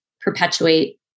perpetuate